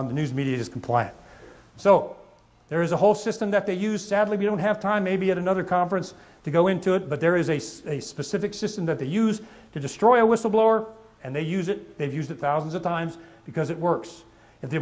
on the news media is compliant so there is a whole system that they use sadly we don't have time maybe at another conference to go into it but there is a see a specific system that they use to destroy a whistleblower and they use it they've used it thousands of times because it works if the